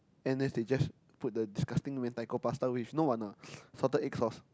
N_S they just put the disgusting Mentaiko Pasta with you know what or not ah salted egg sauce